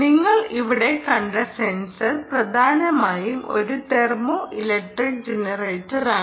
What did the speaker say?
നിങ്ങൾ ഇവിടെ കണ്ട സെൻസർ പ്രധാനമായും ഒരു തെർമോ ഇലക്ട്രിക് ജനറേറ്ററാണ്